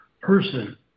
person